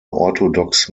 orthodox